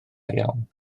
iawn